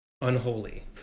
unholy